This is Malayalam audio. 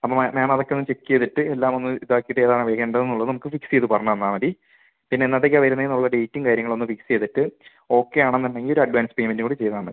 അപ്പോൾ മാം അതൊക്കെയൊന്ന് ചെക്ക് ചെയ്തിട്ട് എല്ലാമൊന്ന് ഇതാക്കിയിട്ട് ഏതാണ് വേണ്ടത് എന്നുള്ളത് നമുക്ക് ഫിക്സ് ചെയ്ത് പറഞ്ഞുതന്നാൽ മതി പിന്നെ എന്നത്തേക്കാണ് വരുന്നത് എന്നുള്ളത് ഡേറ്റും കാര്യങ്ങളുമൊന്ന് ഫിക്സ് ചെയ്തിട്ട് ഓക്കെ ആണെന്നുണ്ടെങ്കിൽ ഒരു അഡ്വാൻസ് പേയ്മെന്റ് കൂടി ചെയ്താൽ മതി